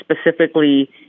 specifically